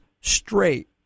straight